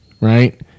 right